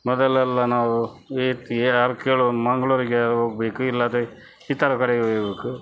ಮೊದಲೆಲ್ಲ ನಾವು ಯಾರು ಕೇಳ್ದ್ರೂ ಮಂಗಳೂರಿಗೆ ಹೋಗಬೇಕು ಇಲ್ಲವಾದ್ರೆ ಇತರ ಕಡೆಗೆ ಹೋಗ್ಬೇಕು